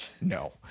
No